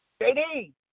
JD